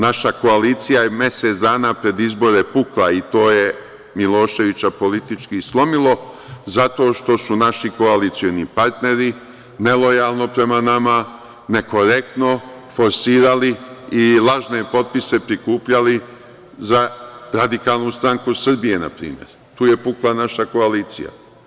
Naša koalicija je mesec dana pred izbore pukla i to je Miloševića politički slomilo, zato što su naši koalicioni partneri nelojalno prema nama, nekorektno forsirali i lažne potpise prikupljali za Radikalnu stranku Srbije npr. Tu je pukla naša koalicija.